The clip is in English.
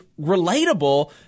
relatable